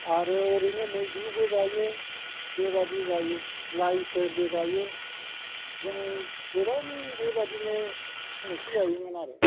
आरो ओरैनो मैद्रुबो जायो बेबायदि जायो लाइफोरबो जायो जों गोबां बेबायदिनो ओंख्रि जायोमोन आरो